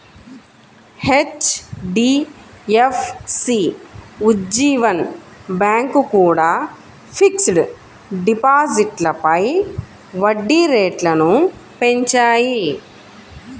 HDFC, Ujjivan bank కూడా fixed డిపాజిట్లపై వడ్డీ రేట్లను పెంచాయి